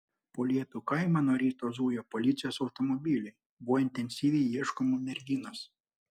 po liepių kaimą nuo ryto zujo policijos automobiliai buvo intensyviai ieškoma merginos